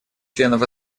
членов